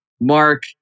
Mark